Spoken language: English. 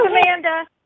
Amanda